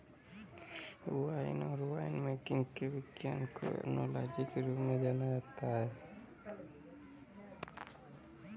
wine और winemaking के विज्ञान को ओनोलॉजी के रूप में जाना जाता है